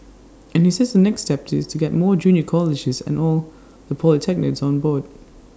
and he says the next step is to get more junior colleges and all the polytechnics on board